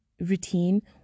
routine